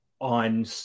on